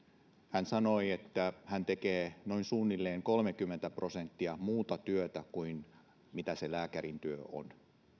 hän sanoi että hän tekee noin suunnilleen kolmekymmentä prosenttia muuta työtä kuin mitä se lääkärin työ on